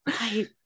Right